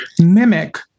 mimic